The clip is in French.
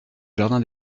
jardin